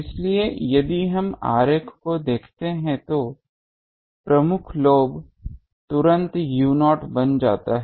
इसलिए यदि हम आरेख को देखते हैं तो प्रमुख लोब तुरंत u0 बन जाता है